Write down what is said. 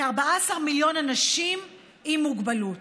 כ-14 מיליון אנשים עם מוגבלות.